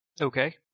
Okay